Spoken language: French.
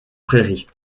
prairies